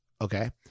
Okay